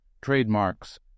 trademarks